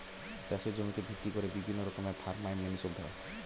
চাষের জমিকে ভিত্তি করে বিভিন্ন রকমের ফার্ম আইন মেনে চলতে হয়